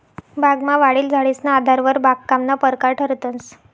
बागमा वाढेल झाडेसना आधारवर बागकामना परकार ठरतंस